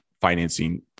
financing